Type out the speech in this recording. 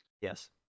Yes